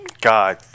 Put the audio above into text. God